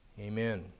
Amen